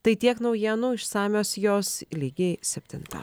tai tiek naujienų išsamios jos lygiai septintą